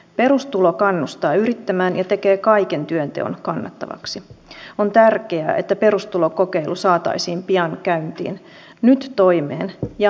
perustulo kannustaa yrittämään ja tekee kaiken nyt summa on edelleen noussut viime vuoden kustannusten tasolle alkuperäisessä budjetoinnissa